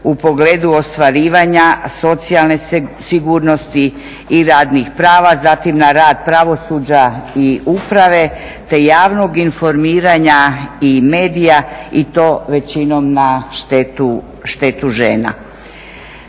u pogledu ostvarivanja socijalne sigurnosti i radnih prava, zatim na rad pravosuđa i uprave te javnog informiranja i medija i to većinom na štetu žena.